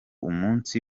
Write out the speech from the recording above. umunsi